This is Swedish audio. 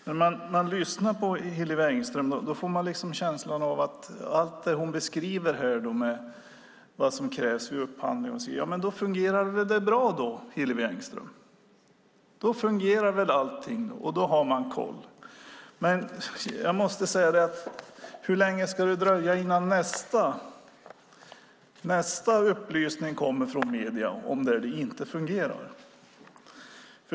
När man lyssnar på Hillevi Engström får man känslan av att allt fungerar bra vid upphandlingen och att man har koll. Men hur länge ska det dröja innan nästa upplysning kommer från medierna om att det inte fungerar?